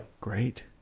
Great